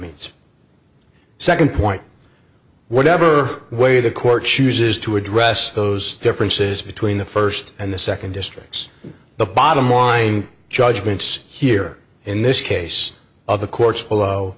means second point whatever way the court chooses to address those differences between the first and the second districts the bottom line judgments here in this case of the courts below